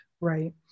right